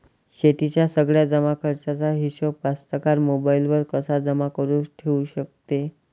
शेतीच्या सगळ्या जमाखर्चाचा हिशोब कास्तकार मोबाईलवर कसा जमा करुन ठेऊ शकते?